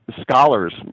scholars